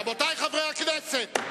רבותי חברי הכנסת,